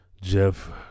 Jeff